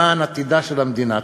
למען עתידה של המדינה.